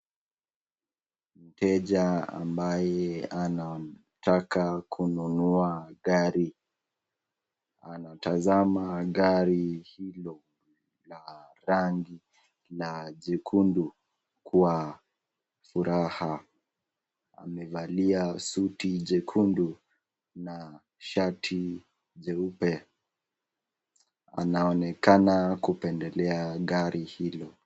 Mteja ambaye anataka kununua gari anatazama gari hilo la rangi la jekundu kwa furaha. Amevalia suti jekundu na shati jeupe. Anaonekana kupendelea gari hilo.